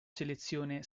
selezione